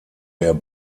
der